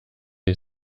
ich